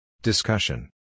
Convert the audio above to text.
Discussion